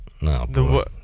No